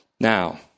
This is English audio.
Now